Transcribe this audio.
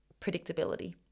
predictability